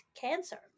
cancer